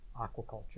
aquaculture